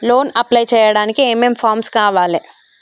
Loan apply చేయడానికి ఏం ఏం ఫామ్స్ కావాలే?